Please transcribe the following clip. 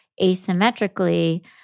asymmetrically